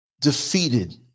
defeated